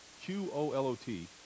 Q-O-L-O-T